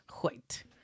White